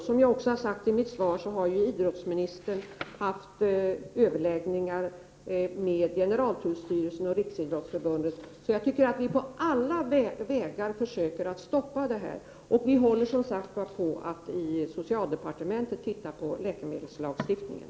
Som jag nämnde i mitt svar har ju idrottsministern haft överläggningar med generaltullstyrelsen och Riksidrottsförbundet, och inom socialdepartementet håller vi på att se över läkemedelslagstiftningen.